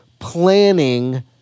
planning